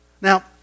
Now